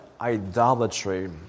idolatry